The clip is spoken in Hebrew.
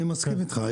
אני מסכים איתך.